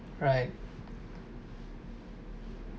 right